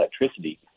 electricity